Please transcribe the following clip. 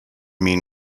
mean